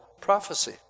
prophecy